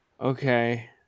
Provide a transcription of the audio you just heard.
Okay